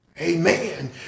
Amen